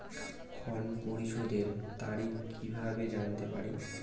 ঋণ পরিশোধের তারিখ কিভাবে জানতে পারি?